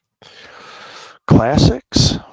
Classics